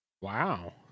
Wow